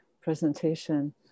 presentation